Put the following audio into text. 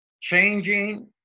Changing